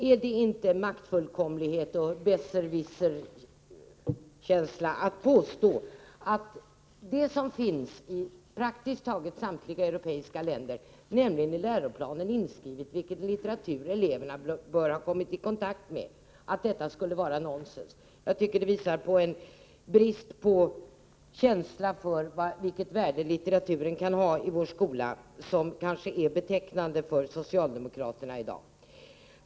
Är det inte maktfullkomlighet och besserwissermentalitet att påstå att vad som är fallet i praktiskt taget samtliga europeiska länder, nämligen att man i läroplanen har inskrivit vilken litteratur eleverna bör ha kommit i kontakt med, skulle vara nonsens? Jag tycker att detta visar en brist på känsla för vilket värde litteraturen kan ha i vår skola, en brist som kanske är betecknande för socialdemokraterna i dag.